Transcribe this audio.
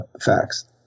facts